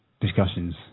discussions